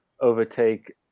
overtake